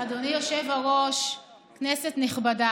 אדוני היושב-ראש, כנסת נכבדה,